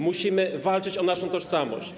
Musimy walczyć o naszą tożsamość.